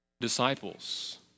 disciples